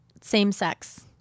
same-sex